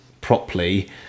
properly